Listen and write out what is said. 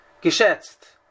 geschätzt